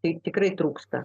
tai tikrai trūksta